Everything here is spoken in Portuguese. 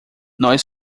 nós